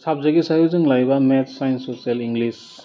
subject हिसाबै जों लायोबा मेट्स साइनस ससियेल इंलिस